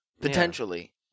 Potentially